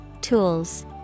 Tools